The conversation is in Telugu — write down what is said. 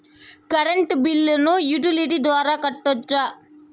కరెంటు బిల్లును యుటిలిటీ ద్వారా కట్టొచ్చా?